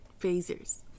phasers